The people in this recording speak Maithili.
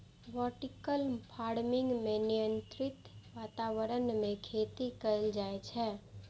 वर्टिकल फार्मिंग मे नियंत्रित वातावरण मे खेती कैल जाइ छै